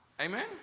Amen